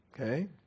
Okay